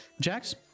Jax